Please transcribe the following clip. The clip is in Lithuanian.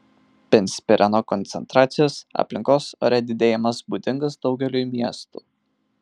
benzpireno koncentracijos aplinkos ore didėjimas būdingas daugeliui miestų